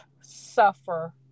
suffer